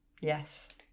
yes